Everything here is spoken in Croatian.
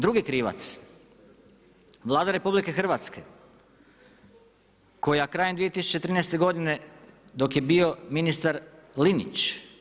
Drugi krivac Vlada RH koja krajem 2013. godine dok je bio ministar Linić.